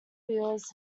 wheels